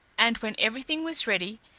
and when everything was ready,